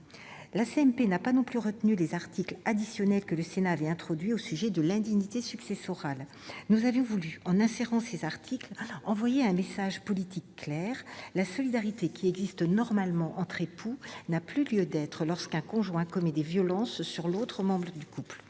La CMP n'a pas non plus retenu les articles additionnels que le Sénat avait introduits au sujet de l'indignité successorale. Nous avions voulu, en insérant ces articles, envoyer un message politique clair : la solidarité qui existe normalement entre époux n'a plus lieu d'être lorsqu'un conjoint commet des violences sur l'autre membre du couple.